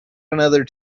another